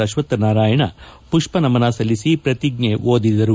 ಅಶ್ವಕ್ಥನಾರಾಯಣ ಮಷ್ನನಮನ ಸಲ್ಲಿಸಿ ಪ್ರತಿಷ್ಟ್ ಓದಿದರು